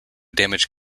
damage